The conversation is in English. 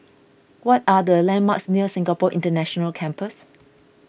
what are the landmarks near Singapore International Campus